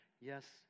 yes